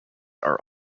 are